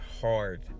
hard